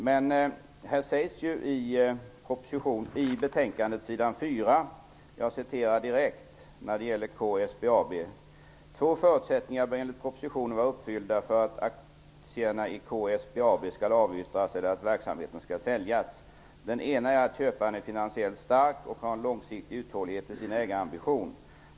Men på s. 4 i betänkandet sägs det när det gäller K-SBAB: ''Två förutsättningar bör enligt propositionen vara uppfyllda för att aktierna i K-SBAB skall avyttras eller att verksamheten skall säljas. Den ena är att köparen är finansiellt stark och har en långsiktig uthållighet i sin ägarambition.